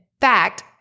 fact